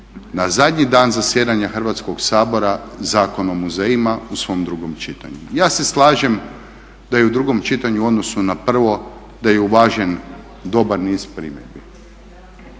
na zadnji dan zasjedanja Hrvatskog sabora Zakon o muzejima u svom drugom čitanju. Ja se slažem da je u drugom čitanju u odnosu na prvo da je uvažen dobar niz primjedbi.